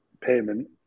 payment